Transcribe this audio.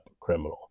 criminal